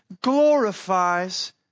glorifies